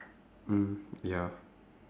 mm ya